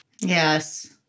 Yes